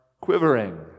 quivering